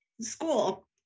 school